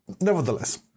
nevertheless